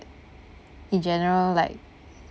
in general like